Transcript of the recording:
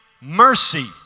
mercy